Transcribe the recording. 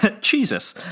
Jesus